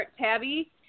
Tabby